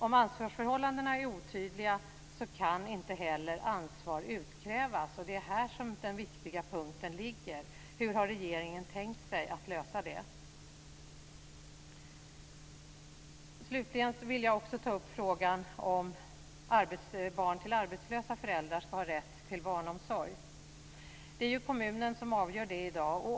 Om ansvarsförhållandena är otydliga kan heller inte ansvar utkrävas. Det är här som den viktiga punkten ligger. Hur har regeringen tänkt sig att lösa det? Slutligen vill jag också ta upp frågan om barn till arbetslösa föräldrar skall ha rätt till barnomsorg. Det är i dag kommunen som avgör det.